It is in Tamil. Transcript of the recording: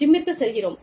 ஜிம்மிற்கு செல்கிறோம்